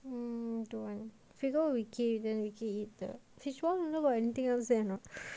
um don't want figure we key then we go eat the fishball noodle got anything else there or not